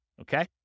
Okay